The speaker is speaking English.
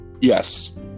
yes